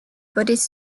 buddhist